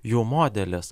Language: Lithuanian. jų modelis